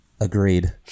agreed